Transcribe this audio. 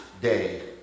day